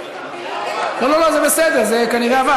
אדוני היושב-ראש לא לא לא, זה בסדר, זה כנראה עבד.